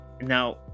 Now